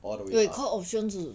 wait call option 是